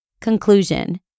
Conclusion